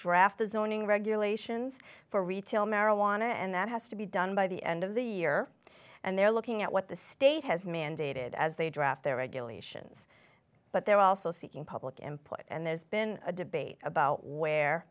draft the zoning regulations for retail marijuana and that has to be done by the end of the year and they're looking at what the state has mandated as they draft their regulations but there are also seeking public input and there's been a debate about where